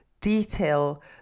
detail